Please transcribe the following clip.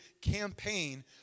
campaign